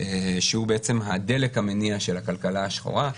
שהוא בעצם הדלק המניע של הכלכלה השחורה.